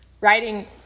writing